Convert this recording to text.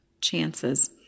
chances